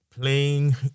playing